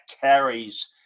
carries